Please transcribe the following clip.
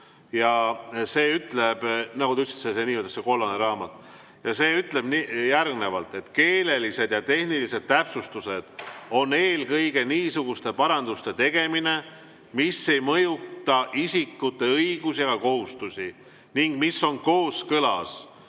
see ütleb – nagu te ütlesite, see niinimetatud kollane raamat – järgmiselt: keelelised ja tehnilised täpsustused on eelkõige niisuguste paranduste tegemine, mis ei mõjuta isikute õigusi ja kohustusi ning mis on kooskõlas